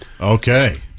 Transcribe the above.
Okay